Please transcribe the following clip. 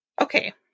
Okay